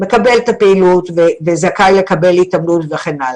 מקבל את הפעילות וזכאי לקבל התעמלות וכן הלאה,